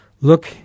look